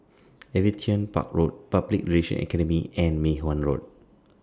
Aviation Park Road Public Relation Academy and Mei Hwan Road